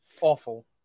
awful